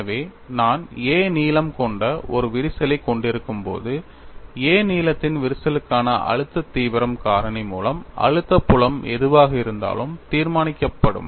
எனவே நான் a நீளம் கொண்ட ஒரு விரிசலைக் கொண்டிருக்கும்போது a நீளத்தின் விரிசலுக்கான அழுத்த தீவிரம் காரணி மூலம் அழுத்த புலம் எதுவாக இருந்தாலும் தீர்மானிக்கப்படும்